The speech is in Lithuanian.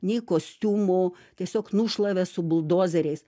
nei kostiumų tiesiog nušlavė su buldozeriais